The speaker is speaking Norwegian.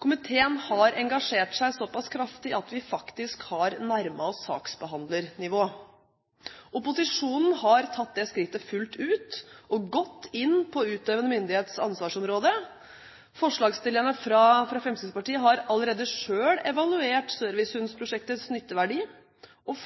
Komiteen har engasjert seg såpass kraftig at vi faktisk har nærmet oss saksbehandlernivå. Opposisjonen har tatt skrittet fullt ut og gått inn på utøvende myndighets ansvarsområde. Forslagsstillerne fra Fremskrittspartiet har allerede selv evaluert servicehundprosjektets nytteverdi og